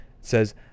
says